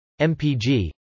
MPG